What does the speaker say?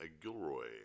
Gilroy